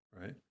right